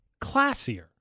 classier